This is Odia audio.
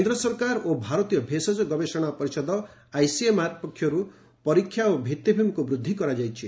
କେନ୍ଦ୍ର ସରକାର ଓ ଭାରତୀୟ ଭେଷଜ ଗବେଷଣା ପରିଷଦ ଆଇସିଏମ୍ଆର ପକ୍ଷରୁ ଟେଷ୍ଟିଂ ଭିତ୍ତିଭୂମି ବୃଦ୍ଧି କରାଯାଇଛି